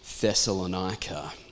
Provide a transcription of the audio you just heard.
Thessalonica